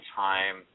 time